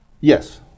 Yes